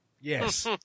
yes